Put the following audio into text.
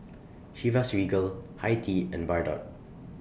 Chivas Regal Hi Tea and Bardot